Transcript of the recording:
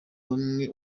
bamwe